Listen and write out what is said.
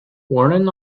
warren